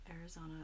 Arizona